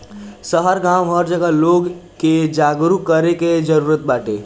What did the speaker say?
शहर गांव हर जगह लोग के जागरूक करे के जरुरत बाटे